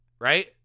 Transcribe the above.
Right